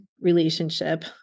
relationship